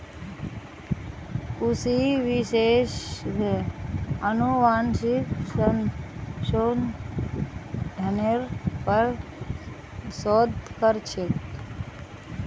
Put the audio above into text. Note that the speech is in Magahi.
कृषि विशेषज्ञ अनुवांशिक संशोधनेर पर शोध कर छेक